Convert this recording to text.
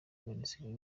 minisitiri